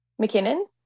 McKinnon